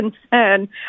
concern